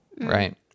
right